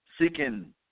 seeking